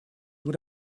nur